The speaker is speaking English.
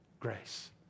grace